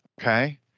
Okay